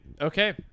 Okay